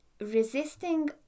resisting